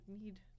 need